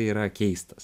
yra keistas